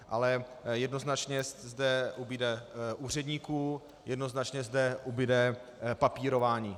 Ale jednoznačně zde ubude úředníků, jednoznačně zde ubude papírování.